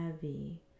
heavy